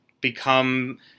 become